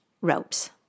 ropes